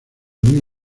muy